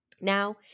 Now